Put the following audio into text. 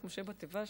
משה בתיבה,